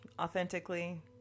authentically